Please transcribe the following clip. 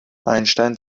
einstein